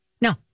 No